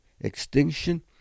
extinction